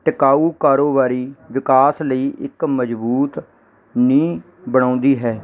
ਟਿਕਾਊ ਕਾਰੋਬਾਰੀ ਵਿਕਾਸ ਲਈ ਇੱਕ ਮਜ਼ਬੂਤ ਨੀਂਹ ਬਣਾਉਂਦੀ ਹੈ